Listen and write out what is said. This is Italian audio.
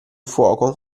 fuoco